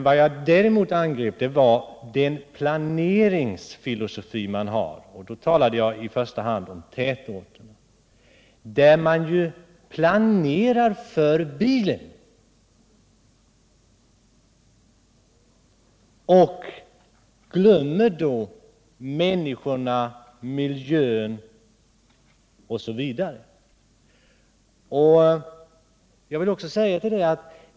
Vad jag däremot angrep var den planeringsfilosofi man har, och då talade jag i första hand om tätorterna, där man ju planerar för bilen och glömmer människor, miljö osv.